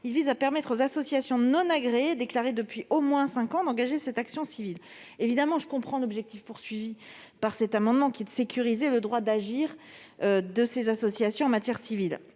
ils visent à permettre aux associations non agréées déclarées depuis au moins cinq ans d'engager cette action civile. Je comprends l'objectif visé par ces amendements, qui est de sécuriser le droit à agir de ces associations en matière civile.